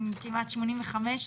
כמעט 85,